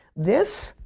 this,